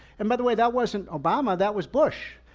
and by the way, that wasn't obama, that was bush.